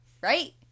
right